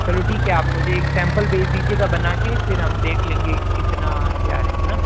चलो ठीक है आप मुझे एक सैंपल भेज दीजिएगा बना के फिर हम देख लेंगे कि कितना क्या है है ना